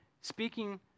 speaking